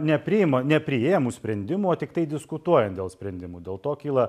nepriima nepriėmus sprendimų o tiktai diskutuojant dėl sprendimų dėl to kyla